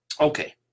Okay